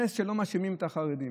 נס שלא מאשימים את החרדים.